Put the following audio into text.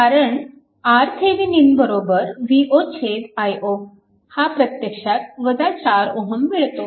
कारण RThevenin V0 i0 हा प्रत्यक्षात 4 Ω मिळतो